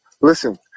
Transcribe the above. Listen